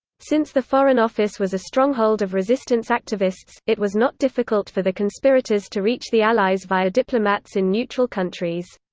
since the foreign office was a stronghold of resistance activists, it was not difficult for the conspirators to reach the allies via diplomats in neutral countries.